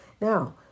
now